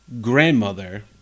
grandmother